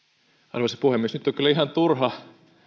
arvoisa puhemies nyt on kyllä ihan turha